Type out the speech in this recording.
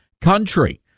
country